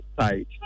site